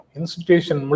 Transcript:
Institution